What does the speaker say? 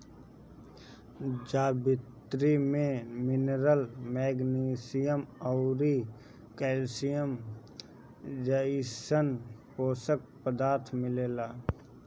जावित्री में minerals, magnesium अउरी कैल्शियम जइसन पोषक पदार्थ मिलेला